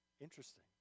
Interesting